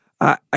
I